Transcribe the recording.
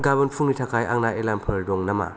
गाबोन फुंनि थाखाय आंना एलार्मफोर दं नामा